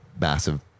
massive